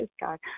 God